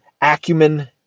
acumen